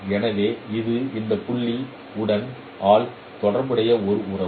எனவே இது இந்த புள்ளி x உடன் Hx ஆல் தொடர்புடைய ஒரு உறவு